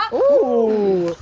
ooh! oi,